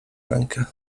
rękę